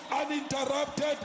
uninterrupted